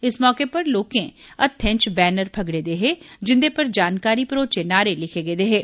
इस मौके पर लोके हत्थें च बैनर फगड़े दे हे जिंदे पर जानकारी भरोचे नारे लिखे गेदे हे